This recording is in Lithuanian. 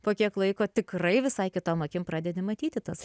po kiek laiko tikrai visai kitom akim pradedi matyti tas